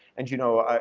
and, you know,